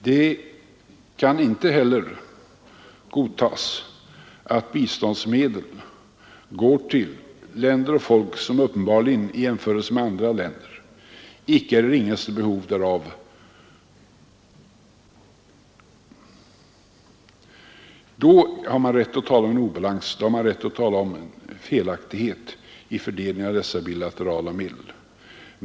Det kan inte heller godtas att biståndsmedel går till länder och folk som uppenbarligen i jämförelse med andra länder icke är i ringaste behov därav. Då har man rätt att tala om en obalans, då har man rätt att tala om felaktighet i fördelningen av dessa bilaterala medel.